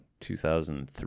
2003